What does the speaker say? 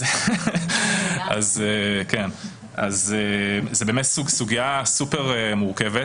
זאת באמת סוגיה מאוד מורכבת,